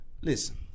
Listen